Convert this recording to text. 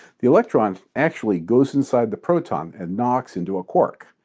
the electron actually goes inside the proton and knocks into a quark.